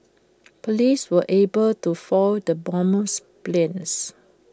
Police were able to foil the bomber's plans